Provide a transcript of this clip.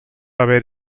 haver